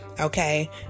okay